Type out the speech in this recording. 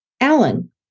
Alan